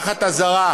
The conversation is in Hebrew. באזהרה,